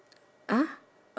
okay